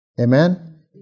amen